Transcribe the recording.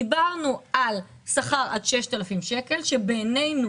דיברנו על שכר עד 6,000 שקלים שבינינו